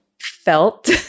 felt